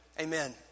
amen